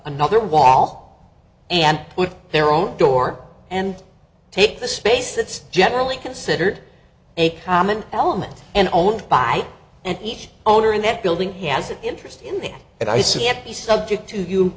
another wall and their own door and take the space that's generally considered a common element and owned by and each owner in that building he has an interest in me and i see it be subject to you